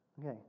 Okay